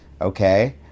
Okay